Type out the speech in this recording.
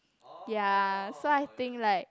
ya so I think like